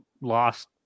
lost